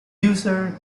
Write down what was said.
user